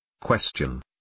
Question